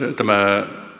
tämä